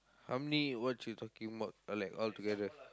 how many watch you talking about or like all together